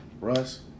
Russ